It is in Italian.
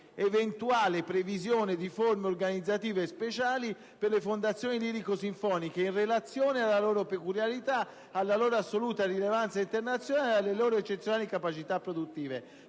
eventuale previsione di forme organizzative speciali per le fondazioni lirico-sinfoniche in relazione alla loro peculiarità, alla loro assoluta rilevanza internazionale, alle loro eccezionali capacità produttive,